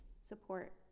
support